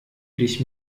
dich